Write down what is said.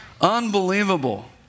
Unbelievable